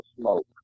smoke